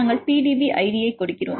நாங்கள் PDB ஐடியை கொடுக்கிறோம்